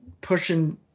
pushing